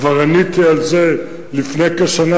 כבר עניתי על זה לפני כשנה,